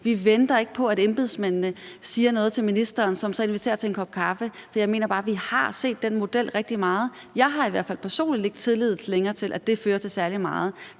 vi venter ikke på, at embedsmændene siger noget til ministeren, som så inviterer til en kop kaffe. For jeg mener bare, at vi har set den model rigtig meget. Jeg har i hvert fald personligt ikke længere tillid til, at det fører til særlig meget.